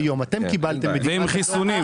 ועם חיסונים.